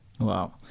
Wow